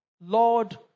Lord